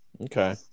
okay